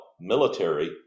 military